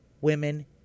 women